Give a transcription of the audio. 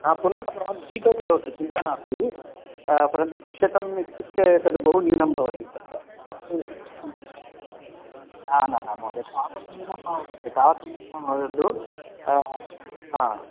ह पुनः भवान् जी पे करोतु चिन्ता नास्ति परन्तु द्विशतम् इत्युक्ते तद् बहु न्यूनं भवति तत्र तत्तु न न न महोदय तावत् न्यूनं मा वदतु तावत् न्यूनं वदतु हा